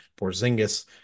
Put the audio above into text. Porzingis